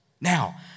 Now